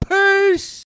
Peace